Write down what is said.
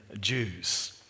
Jews